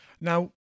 Now